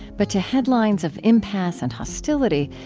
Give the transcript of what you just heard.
but to headlines of impasse and hostility,